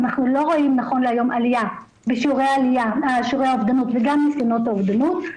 אנחנו לא רואים נכון להיום עליה בשיעורי האובדנות וגם ניסיונות אובדנות.